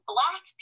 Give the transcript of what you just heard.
Black